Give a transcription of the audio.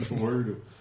word